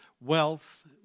wealth